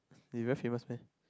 you very famous meh